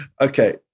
okay